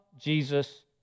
Jesus